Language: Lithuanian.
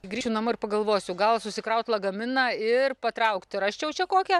grįšiu namo ir pagalvosiu gal susikraut lagaminą ir patraukt rasčiau čia kokią